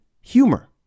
humor